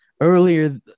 earlier